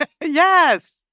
Yes